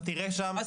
אתה תראה שם את